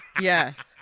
yes